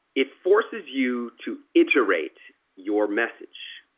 it forces you to iterate your message.